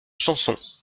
chansons